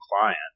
client